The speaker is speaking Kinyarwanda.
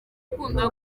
ukunda